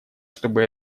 чтобы